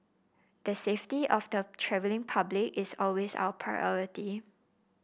the safety of the travelling public is always our priority